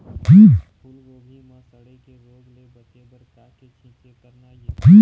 फूलगोभी म सड़े के रोग ले बचे बर का के छींचे करना ये?